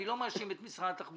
אני לא מאשים רק את משרד התחבורה.